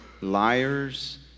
Liars